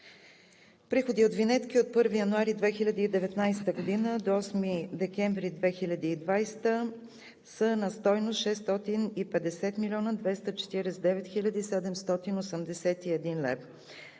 Приходите от винетки от 1 януари 2019 г. до 8 декември 2020 г. са на стойност 650 млн. 249 хил. 781 лв.